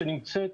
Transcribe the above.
שנמצאת